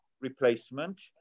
replacement